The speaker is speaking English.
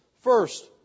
first